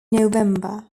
november